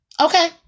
Okay